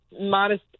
modest